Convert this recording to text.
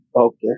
Okay